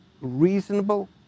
reasonable